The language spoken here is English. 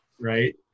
right